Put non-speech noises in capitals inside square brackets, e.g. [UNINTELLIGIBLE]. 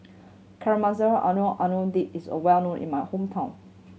Caramelized [UNINTELLIGIBLE] Onion Dip is a well known in my hometown